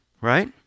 Right